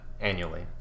annually